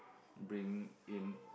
bring in